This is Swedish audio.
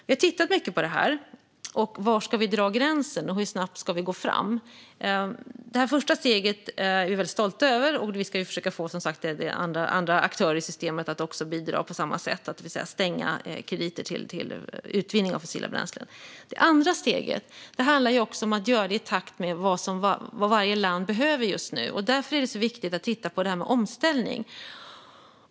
Vi har tittat mycket på det här: Var ska vi dra gränsen och hur snabbt ska vi gå fram? Det första steget är vi väldigt stolta över, och vi ska försöka få andra aktörer i systemet att också bidra på samma sätt och alltså stänga krediter till utvinning av fossila bränslen. Det andra steget handlar om att göra det i takt med vad varje land behöver just nu. Därför är det viktigt att titta på det här med omställning.